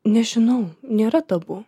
nežinau nėra tabu